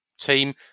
team